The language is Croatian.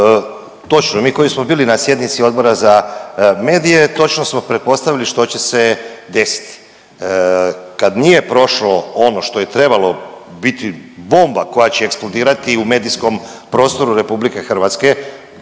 Točno, mi koji smo bili na sjednici Odbora za medije točno smo pretpostavili što će se desiti, kad nije prošlo ono što je trebalo biti bomba koja će eksplodirati u medijskom prostoru RH, stvarno